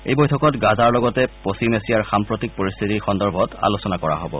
এই বৈঠকত গাজাৰ লগতে পশ্চিম এছিয়াৰ সাম্প্ৰতিক পৰিশ্থিতিৰ সন্দৰ্ভত আলোচনা কৰা হব